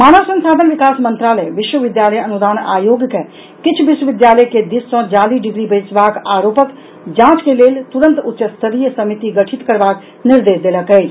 मानव संसाधन विकास मंत्रालय विश्वविद्यालय अनुदान आयोग के किछु विश्वविद्यालय के दिस सॅ जाली डिग्री बेचबाक आरोपक जांच के लेल तुरन्त उच्चस्तरीय समिति गठित करबाक निर्देश देलक अछि